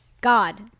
God